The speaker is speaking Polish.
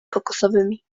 kokosowymi